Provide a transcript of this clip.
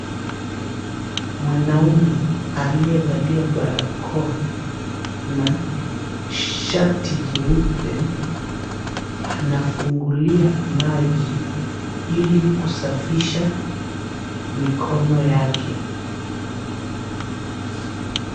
Mwanaume aliyevalia barakoa na shati jeupe anafungulia maji ili kusafisha mikono yake.